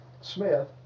smith